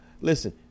listen